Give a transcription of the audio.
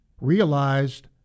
realized